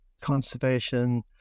conservation